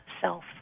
self